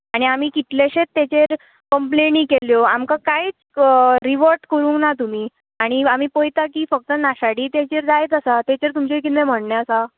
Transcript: आनी आमी कितलेशेच ताचेर कंप्लेनी केल्यो आमकां कांयच क रिवर्ट करूंक ना तुमी आनी आमी पळयता की फक्त नाशाडी ताचेर जायत आसा ताचेर तुमचें कितें म्हण्णें आसा